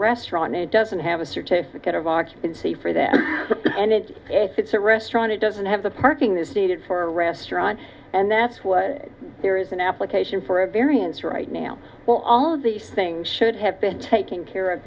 restaurant it doesn't have a certificate of see for that and it's a it's a restaurant it doesn't have the parking this needed for a restaurant and that's why there is an application for a variance right now well all of these things should have been taken care of